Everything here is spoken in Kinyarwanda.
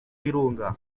birunga